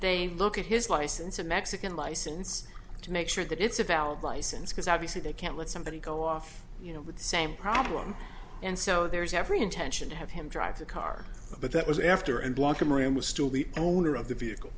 they look at his license and mexican license to make sure that it's a valid license because obviously they can't let somebody go off you know with the same problem and so there's every intention to have him drive the car but that was after and block cameron was still the owner of the vehicle